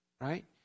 Right